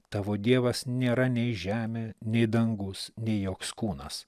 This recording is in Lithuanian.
tavo dievas nėra nei žemė nei dangus nei joks kūnas